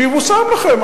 שיבושם לכם.